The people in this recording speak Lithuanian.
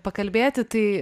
pakalbėti tai